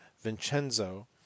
Vincenzo